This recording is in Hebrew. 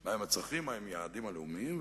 מה הם היעדים הלאומיים,